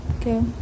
Okay